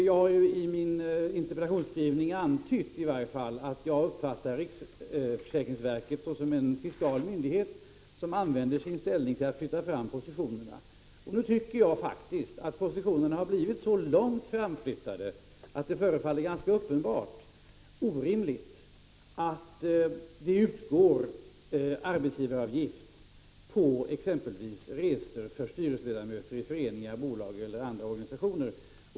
Jag har i min interpellationsskrivning i varje fall antytt att jag uppfattar riksförsäkringsverket såsom en fiskal myndighet som använder sin ställning för att flytta fram positionerna. Nu tycker jag faktiskt att positionerna har blivit så långt framflyttade att det förefaller vara uppenbart orimligt att det utgår arbetsgivaravgift på exempelvis resor för styrelseledamöter i föreningar, bolag eller andra organisationer.